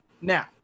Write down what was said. Now